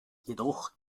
jedoch